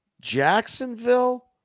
Jacksonville